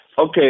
Okay